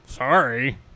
Sorry